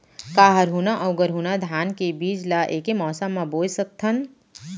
का हरहुना अऊ गरहुना धान के बीज ला ऐके मौसम मा बोए सकथन?